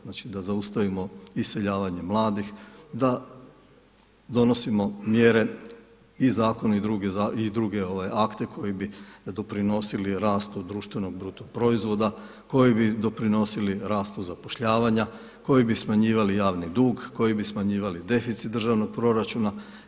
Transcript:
Znači da zaustavimo iseljavanje mladih, da donosimo mjere i zakone i druge akte koji bi doprinosili rastu društvenog bruto proizvoda, koji bi doprinosili rastu zapošljavanja, koji bi smanjivali javni dug, koji bi smanjivali deficit državnog proračuna.